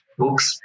books